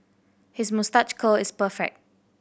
his moustache curl is perfect